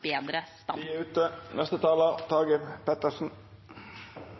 bedre stand til neste